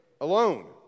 alone